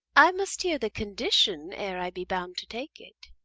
i must hear the condition, ere i be bound to take it.